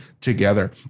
together